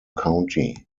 county